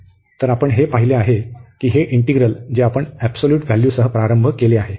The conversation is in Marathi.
तर आपण हे पाहिले आहे की हे इंटिग्रल जे आपण एबसोल्यूट व्हॅल्यू सह प्रारंभ केले आहे